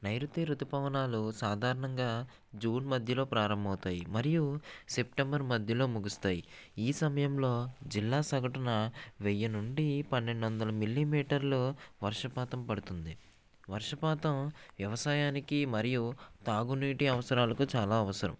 నైరుతి ఋతుపవనాలు సాధారణంగా జూన్ మధ్యలో ప్రారంభమవుతాయి మరియు సెప్టెంబర్ మధ్యలో ముగుస్తాయి ఈ సమయంలో జిల్లా సగటున వెయ్యి నుండి పన్నెండు వందలు మిల్లీ మీటర్లు వర్షపాతం పడుతుంది వర్షపాతం వ్యవసాయానికి మరియు త్రాగునీటి అవసరాలకి చాలా అవసరం